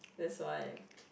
that's why